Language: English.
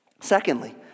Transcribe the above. Secondly